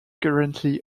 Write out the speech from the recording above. currently